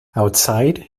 outside